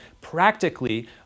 practically